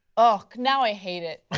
ah now i hate it.